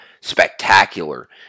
spectacular